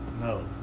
no